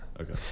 okay